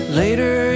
later